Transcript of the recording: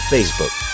Facebook